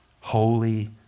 Holy